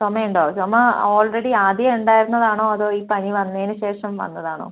ചുമ ഉണ്ടോ ചുമ ആൾറെഡി ആദ്യമേ ഉണ്ടായിരുന്നത് ആണോ അതോ ഈ പനി വന്നതിന് ശേഷം വന്നതാണോ